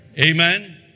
Amen